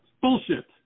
Bullshit